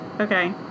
Okay